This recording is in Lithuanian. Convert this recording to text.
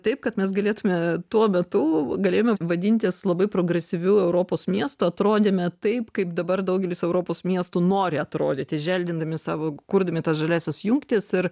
taip kad mes galėtume tuo metu galėjome vadintis labai progresyviu europos miestu atrodėme taip kaip dabar daugelis europos miestų nori atrodyti želdindami savo kurdami tas žaliąsias jungtis ir